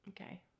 Okay